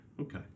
Okay